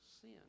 sin